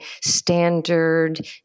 standard